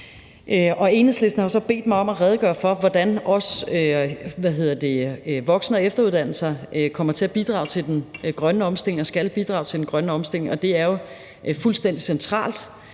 Enhedslisten har så bedt mig om at redegøre for, hvordan voksen- og efteruddannelser kommer til at bidrage til den grønne omstilling og skal bidrage til